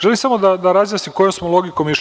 Želim samo da razjasnim kojom smo logikom išli.